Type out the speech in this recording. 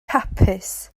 hapus